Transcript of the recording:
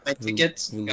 tickets